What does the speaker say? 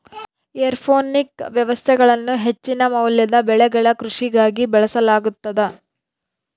aeroponic ವ್ಯವಸ್ಥೆಗಳನ್ನು ಹೆಚ್ಚಿನ ಮೌಲ್ಯದ ಬೆಳೆಗಳ ಕೃಷಿಗಾಗಿ ಬಳಸಲಾಗುತದ